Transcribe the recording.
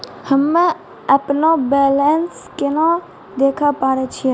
हम्मे अपनो बैलेंस केना देखे पारे छियै?